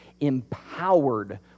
empowered